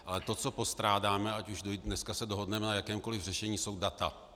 Ale to, co postrádáme, ať už se dneska dohodneme na jakémkoliv řešení, jsou data.